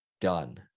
Done